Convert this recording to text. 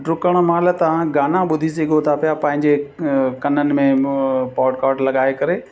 डुकण महिल तव्हां गाना ॿुधी सघो था पिया पंहिंजे कननि में पॉटकॉट लॻाए करे